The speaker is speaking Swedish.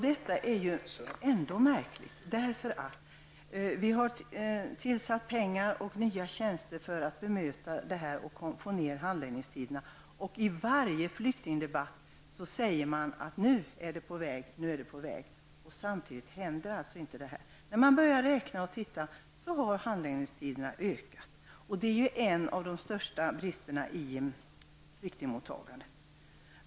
Detta är märkligt, eftersom pengar och nya tjänster har tillkommit för att handläggningstiderna skall minska. Och i varje flyktingdebatt sägs det att det nu är på väg att bli bättre, men samtidigt sker ingen förbättring. När man börjar studera detta visar det sig att handläggningstiderna har blivit längre. Och det är en av de största bristerna i flyktingmottagandet.